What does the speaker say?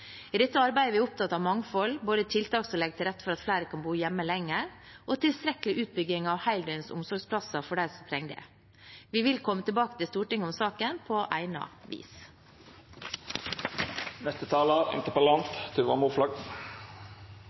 I dette arbeidet er vi opptatt av mangfold, både tiltak som legger til rette for at flere kan bo hjemme lenger, og tilstrekkelig utbygging av heldøgns omsorgsplasser for dem som trenger det. Vi vil komme tilbake til Stortinget om saken på